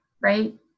right